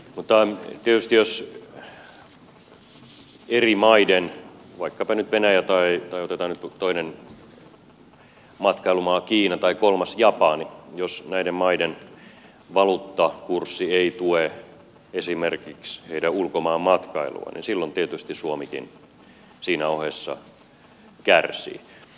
mutta tietysti jos eri maiden vaikkapa nyt venäjän tai otetaan nyt toinen matkailumaa kiina tai kolmas japani valuuttakurssi ei tue esimerkiksi heidän ulkomaanmatkailuaan niin silloin tietysti suomikin siinä ohessa kärsii